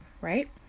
right